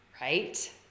right